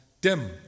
dim